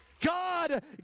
God